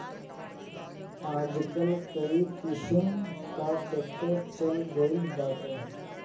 आजकल कई किसिम कअ ट्रैक्टर चल गइल बाटे